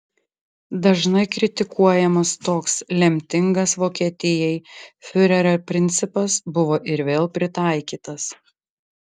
dažnai kritikuojamas toks lemtingas vokietijai fiurerio principas buvo ir vėl pritaikytas